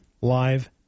live